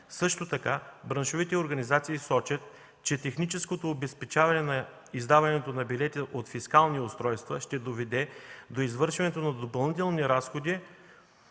превозвачи. Браншовите организации сочат, че техническото обезпечаване на издаването на билети от фискални устройства ще доведе до извършване на допълнителни разходи